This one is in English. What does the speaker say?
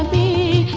a